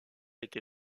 été